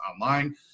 online